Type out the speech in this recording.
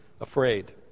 afraid